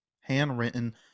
handwritten